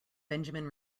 benjamin